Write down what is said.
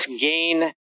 gain